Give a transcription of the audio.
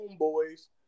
homeboy's